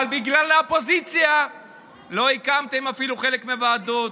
אבל בגלל האופוזיציה לא הקמתם אפילו חלק מהוועדות.